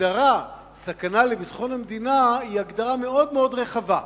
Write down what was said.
ההגדרה "סכנה לביטחון המדינה" היא הגדרה מאוד מאוד רחבה,